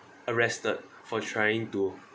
arrested for trying to